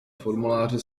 formuláře